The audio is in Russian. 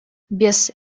без